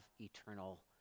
eternal